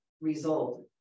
result